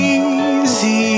easy